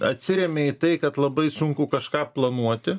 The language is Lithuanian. atsiremia į tai kad labai sunku kažką planuoti